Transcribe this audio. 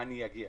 --- אני אגיע.